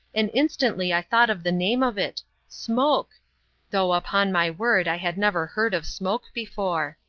and instantly i thought of the name of it smoke though, upon my word, i had never heard of smoke before.